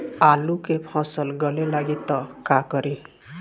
आलू के फ़सल गले लागी त का करी?